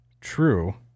true